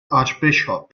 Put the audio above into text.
archbishop